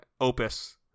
opus